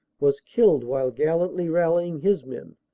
was killed while gallantly rallying his men,